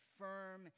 firm